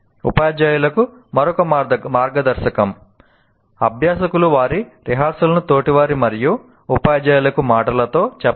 ఉపాధ్యాయులకు మరొక మార్గదర్శకం అభ్యాసకులు వారి రిహార్సల్ను తోటివారికి మరియు ఉపాధ్యాయులకు మాటలతో చెప్పండి